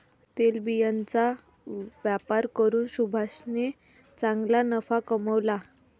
तेलबियांचा व्यापार करून सुभाषने चांगला नफा कमावला